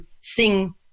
sing